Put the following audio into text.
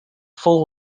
full